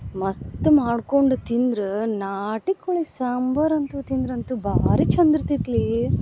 ಮಸ್ತ್ ಮಾಡ್ಕೊಂಡು ತಿಂದ್ರೆ ನಾಟಿ ಕೋಳಿ ಸಾಂಬರು ಅಂತು ತಿಂದ್ರಂತು ಭಾರಿ ಚಂದ ಇರ್ತೈತೆ ಲೇ